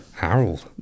Harold